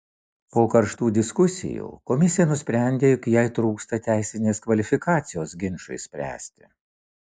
po karštų diskusijų komisija nusprendė jog jai trūksta teisinės kvalifikacijos ginčui spręsti